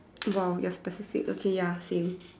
!wow! you're specific okay ya same